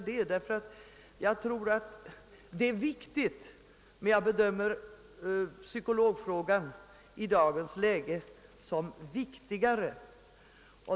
Jag anser att problemet är viktigt, men i dagens läge bedömer jag psykologfrågan som viktigare.